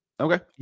Okay